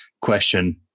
question